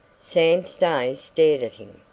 sam stay stared at him,